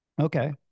Okay